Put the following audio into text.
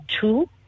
two